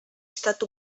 estat